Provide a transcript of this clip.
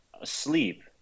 asleep